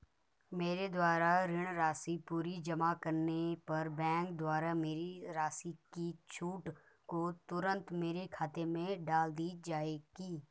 मेरे द्वारा ऋण राशि पूरी जमा करने पर बैंक द्वारा मेरी राशि की छूट को तुरन्त मेरे खाते में डाल दी जायेगी?